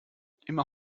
immer